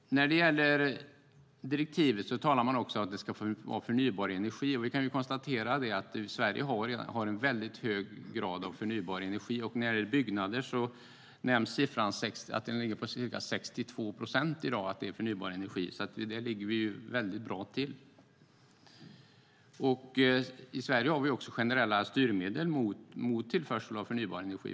I direktivet sägs det också att det ska vara förnybar energi. Vi kan konstatera att Sverige har en hög grad av förnybar energi. När det gäller byggnader nämns det att siffran förnybar energi ligger på 62 procent, så där ligger vi väldigt bra till. I Sverige har vi generella styrmedel gentemot tillförsel av förnybar energi.